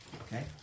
Okay